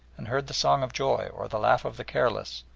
and heard the song of joy or the laugh of the careless,